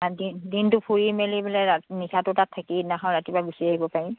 দিনটো ফুৰি মেলি পেলাই নিশাটো তাত থাকি সেইদিনাখন ৰাতিপুৱা গুচি আহিব পাৰিম